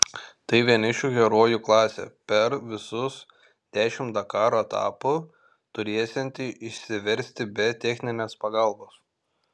tai vienišų herojų klasė per visus dešimt dakaro etapų turėsianti išsiversti be techninės pagalbos